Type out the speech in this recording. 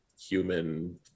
human